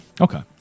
Okay